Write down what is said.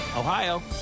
Ohio